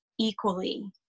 equally